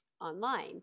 online